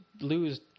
lose